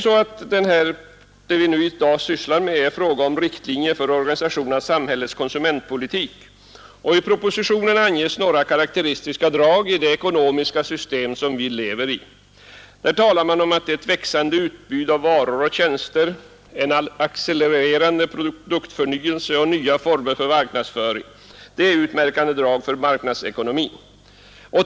Vad vi nu sysslar med är riktlinjer för och organisation av samhällets konsumentpolitik. I propositionen anges några karakteristiska drag i det ekonomiska system som vi har. Där sägs det att ett växande utbyte av varor och tjänster, en accelererande produktförnyelse och nya former för marknadsföring är utmärkande drag för marknadsekonomin.